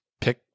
pick